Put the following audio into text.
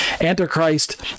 Antichrist